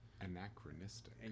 Anachronistic